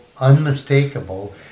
unmistakable